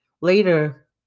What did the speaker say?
Later